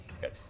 good